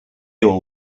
all